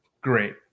great